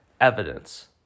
evidence